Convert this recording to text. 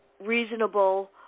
reasonable